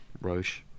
roche